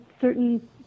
certain